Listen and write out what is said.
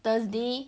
thursday